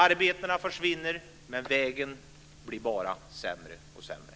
Arbetena försvinner, och vägen blir bara sämre och sämre.